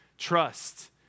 trust